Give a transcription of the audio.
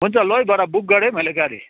हुन्छ ल है बडा बुक गरेँ है मैले गाडी